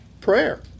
prayer